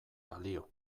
balio